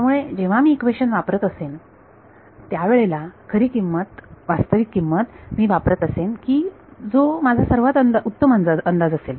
त्यामुळे जेव्हा मी इक्वेशन वापरत असेन त्यावेळेला खरी किंमत वास्तविक किंमत मी वापरत असेन की जो माझा सर्वात उत्तम अंदाज असेल